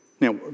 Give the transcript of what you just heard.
Now